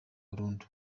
burundu